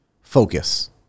focus